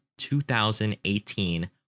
2018